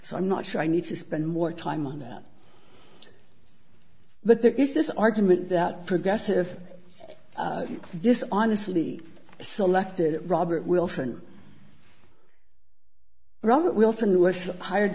so i'm not sure i need to spend more time on that but there is this argument that progressive this honestly selected robert wilson robert wilson